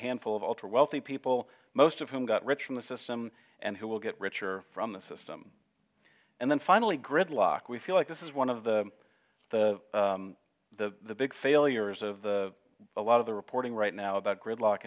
handful of ultra wealthy people most of whom got rich from the system and who will get richer from the system and then finally gridlock we feel like this is one of the the the big failures of a lot of the reporting right now about gridlock